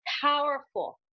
powerful